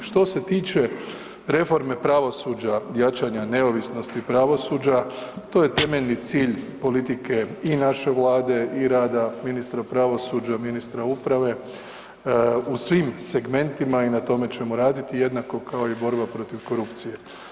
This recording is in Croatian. Što se tiče reforme pravosuđa, jačanja neovisnosti pravosuđa, to je temeljni cilj politike i naše vlade i rada ministra pravosuđa, ministra uprave, u svim segmentima i na tome ćemo raditi jednako kao i borba protiv korupcije.